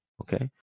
okay